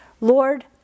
Lord